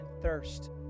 thirst